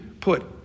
put